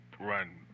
run